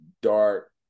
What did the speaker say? dark